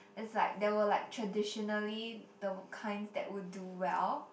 it's like there were like traditionally the kinds that will do well